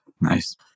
Nice